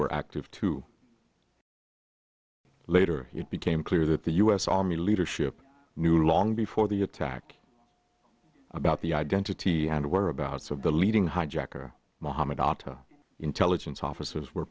were active to later it became clear that the u s army leadership knew long before the attack about the identity and whereabouts of the leading hijacker mohammed otto intelligence officers were